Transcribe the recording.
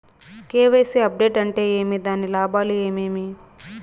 KYC update అంటే ఏమి? దాని లాభాలు ఏమేమి?